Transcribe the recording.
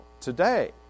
today